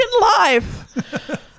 life